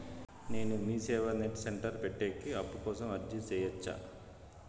నేను MeeSeva net centre పెట్టేకి అప్పు కోసం అర్జీ సేయొచ్చా?